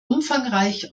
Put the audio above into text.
umfangreich